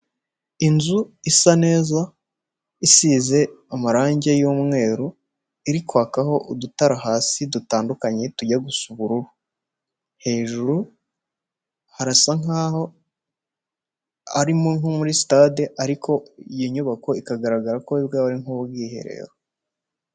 Inzu isa neza isize amarange y'umweru, iri kwakaho udutara hasi dutandukanye tujya gusura ubururu, hejuru harasa nk'aho ari nko muri stade ariko iyi nyubako ikagaragara ko bwaba ari nk'ubwiherero.